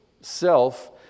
self